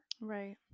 right